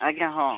ଆଜ୍ଞା ହଁ